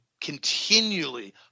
continually